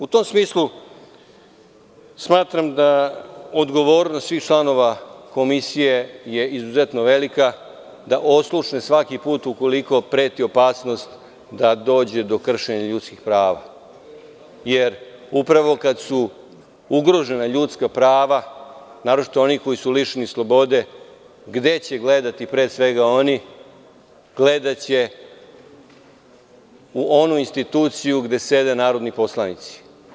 U tom smislu, smatram da je odgovornost svih članova Komisije izuzetno velika, da oslušne svaki put ukoliko preti opasnost da dođe do kršenja ljudskih prava, jer upravo kada su ugrožena ljudska prava, naročito onih koji su lišeni slobode, gde će gledati pre svega oni, gledaće u onu instituciju gde sede narodni poslanici.